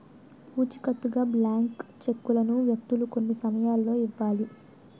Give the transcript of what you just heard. పూచికత్తుగా బ్లాంక్ చెక్కులను వ్యక్తులు కొన్ని సమయాల్లో ఇవ్వాలి